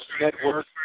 Network